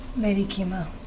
lady kima,